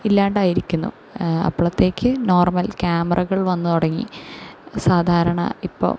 ഇല്ലാണ്ടായിരിക്കുന്നു അപ്പോഴത്തേക്ക് നോർമൽ ക്യാമറകൾ വന്നു തുടങ്ങി സാധാരണ ഇപ്പോൾ